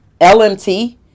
LMT